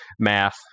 Math